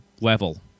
level